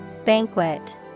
Banquet